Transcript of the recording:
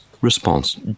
response